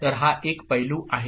तरहा एकपैलू आहे